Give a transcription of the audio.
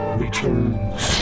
returns